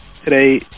today